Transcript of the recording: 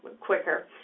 quicker